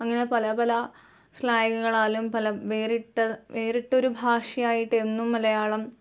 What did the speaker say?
അങ്ങനെ പല പല സ്ലാഗുകളാലും പല വേറിട്ട വേറിട്ടൊരു ഭാഷയായിട്ടെന്നും മലയാളം